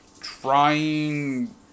trying